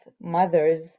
mothers